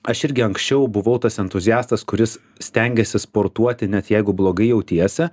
aš irgi anksčiau buvau tas entuziastas kuris stengėsi sportuoti net jeigu blogai jautiesi